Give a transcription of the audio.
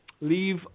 leave